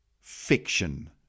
fiction